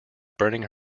burning